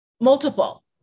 Multiple